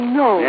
no